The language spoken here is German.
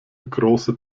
große